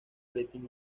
latin